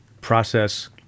process